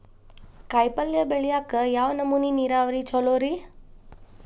ಕಾಯಿಪಲ್ಯ ಬೆಳಿಯಾಕ ಯಾವ ನಮೂನಿ ನೇರಾವರಿ ಛಲೋ ರಿ?